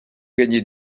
gagner